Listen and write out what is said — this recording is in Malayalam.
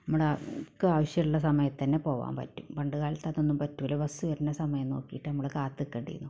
നമ്മള് നമുക്കാവശ്യള്ള സമയത്ത് തന്നെ പോകാൻ പറ്റും പണ്ടുകാലത്ത് അതൊന്നും പറ്റില്ല ബസ്സ് വരുന്ന സമയം നോക്കിയിട്ട് നമ്മള് കാത്ത് നിൽക്കേണ്ടി വരും